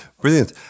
Brilliant